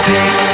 Take